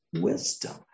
wisdom